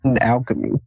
alchemy